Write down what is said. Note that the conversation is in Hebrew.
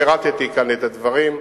פירטתי כאן את הדברים.